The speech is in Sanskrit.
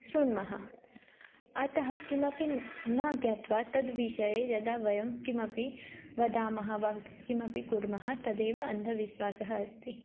शृण्मः अतः किमपि न ज्ञात्वा तद् विषये वयं किमपि वदामः वा किमपि कुर्मः तदेव अन्धविश्वासः अस्ति